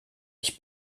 ich